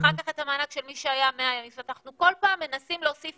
אחר כך את המענק של מי שהיה אנחנו כל פעם מנסים להוסיף